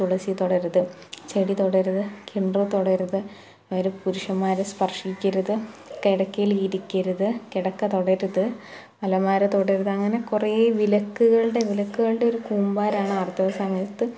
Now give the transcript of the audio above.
തുളസി തൊടരുത് ചെടി തൊടരുത് കിണ്ടിയെ തൊടരുത് ഒരു പുരുഷന്മാരെ സ്പര്ശിക്കരുത് കിടക്കയിലിരിക്കരിത് കിടക്ക തൊടരുത് അലമാര തൊടരുത് അങ്ങനെ കുറേ വിലക്കുകളുടെ വിലക്കുകളുടെയൊരു കൂമ്പാരമാണ് ആര്ത്തവ സമയത്ത്